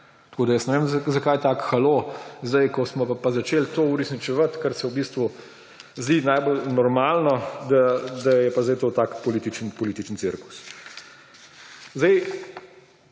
Tako da jaz ne vem, zakaj tako halo, zdaj ko smo pa začeli to uresničevati, kar se v bistvu zdi najbolj normalno, da je pa zdaj to tak političen cirkus. Zelo